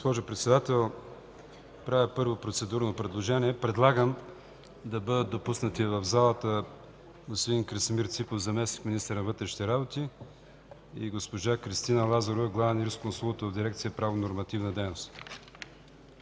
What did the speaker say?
Госпожо Председател, първо, правя процедурно предложение. Предлагам да бъдат допуснати в залата господин Красимир Ципов – заместник-министър на вътрешните работи, и госпожа Кристина Лазарова – главен юрисконсулт в дирекция „Правно-нормативна дейност”.